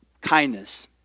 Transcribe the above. Kindness